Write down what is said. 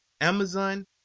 Amazon